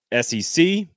SEC